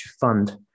fund